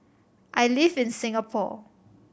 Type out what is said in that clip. I live in Singapore